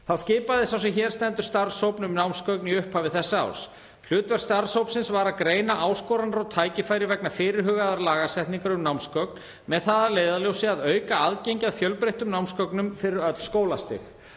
skipaði sá sem hér stendur starfshóp um námsgögn í upphafi þessa árs. Hlutverk starfshópsins var að greina áskoranir og tækifæri vegna fyrirhugaðrar lagasetningar um námsgögn með það að leiðarljósi að auka aðgengi að fjölbreyttum námsgögnum fyrir öll skólastig.